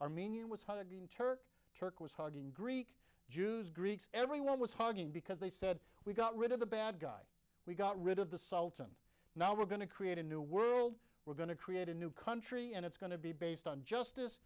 armenian was hugging turk was hugging greek jews greeks everyone was hugging because they said we've got rid of the bad guy we've got rid of the sultan now we're going to create a new world we're going to create a new country and it's going to be based on justice